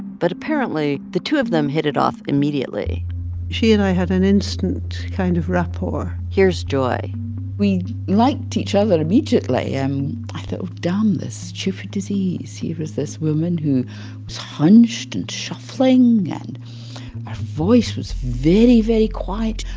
but apparently, the two of them hit it off immediately she and i had an instant kind of rapport here's joy we liked each other immediately. um i thought, oh, damn this stupid disease. here was this woman who was hunched and shuffling, and her voice was very, very quiet.